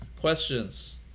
questions